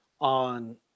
on